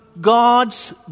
God's